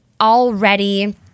already